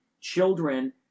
children